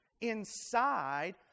inside